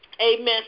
Amen